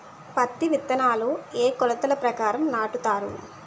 పత్తి విత్తనాలు ఏ ఏ కొలతల ప్రకారం నాటుతారు?